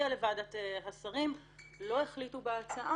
הגיעה לוועדת השרים אבל לא החליטו לגביה,